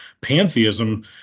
Pantheism